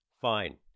Fine